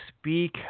speak